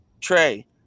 Trey